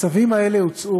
הצווים האלה הוצאו,